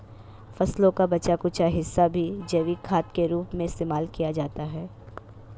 फसलों का बचा कूचा हिस्सा भी जैविक खाद के रूप में इस्तेमाल किया जाता है